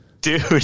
Dude